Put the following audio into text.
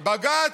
בג"ץ,